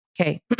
Okay